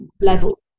level